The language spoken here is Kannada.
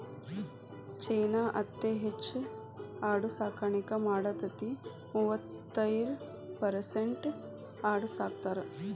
ಚೇನಾ ಅತೇ ಹೆಚ್ ಆಡು ಸಾಕಾಣಿಕೆ ಮಾಡತತಿ, ಮೂವತ್ತೈರ ಪರಸೆಂಟ್ ಆಡು ಸಾಕತಾರ